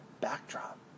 backdrop